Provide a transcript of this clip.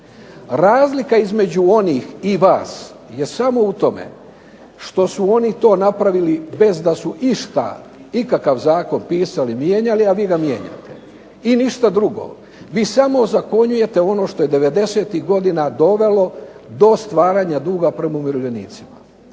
Razlika između onih i vas je samo u tome što su oni to napravili bez da su išta ikakav zakon pisali, mijenjali, a vi ga mijenjate. I ništa drugo. Vi samo ozakonjujete ono što je '90-ih godina dovelo do stvaranja duga prema umirovljenicima.